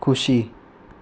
खुसी